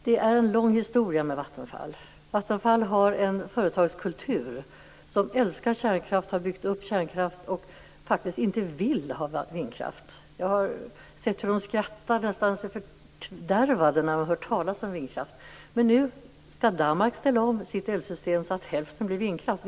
Detta med Vattenfall är en lång historia. Vattenfall har en företagskultur som innebär att man älskar kärnkraft, att man har byggt upp kärnkraft och att man faktiskt inte vill ha vindkraft. Jag har sett hur man nästan skrattar sig fördärvad när man hör talas om vindkraft. Men nu skall Danmark ställa om sitt elsystem så att hälften blir vindkraft.